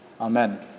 Amen